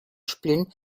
spielen